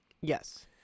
yes